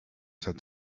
said